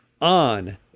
on